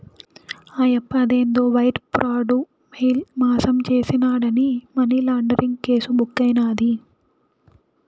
ఆయప్ప అదేందో wire fraud, mail మాసం చేసినాడాని మనీలాండరీంగ్ కేసు బుక్కైనాది